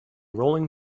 rolling